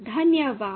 धन्यवाद